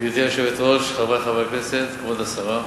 גברתי היושבת-ראש, חברי חברי הכנסת, כבוד השרה,